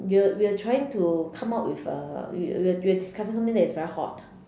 we were we were trying to come up with a we were we were discussing something that is very hot